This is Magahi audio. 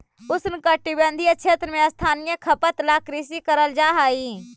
उष्णकटिबंधीय क्षेत्र में स्थानीय खपत ला कृषि करल जा हई